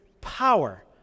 power